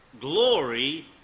glory